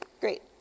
great